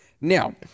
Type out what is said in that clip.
Now